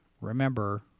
Remember